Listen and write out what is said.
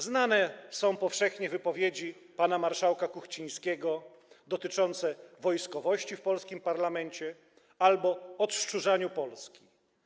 Znane są powszechnie wypowiedzi pana marszałka Kuchcińskiego dotyczące wojskowości w polskim parlamencie albo odszczurzania Polski.